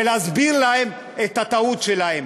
ולהסביר להן את הטעות שלהן.